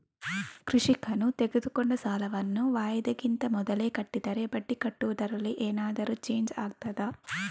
ಕೃಷಿಕನು ತೆಗೆದುಕೊಂಡ ಸಾಲವನ್ನು ವಾಯಿದೆಗಿಂತ ಮೊದಲೇ ಕಟ್ಟಿದರೆ ಬಡ್ಡಿ ಕಟ್ಟುವುದರಲ್ಲಿ ಏನಾದರೂ ಚೇಂಜ್ ಆಗ್ತದಾ?